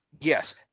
yes